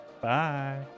bye